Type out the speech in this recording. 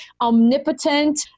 omnipotent